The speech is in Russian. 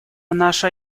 наша